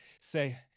say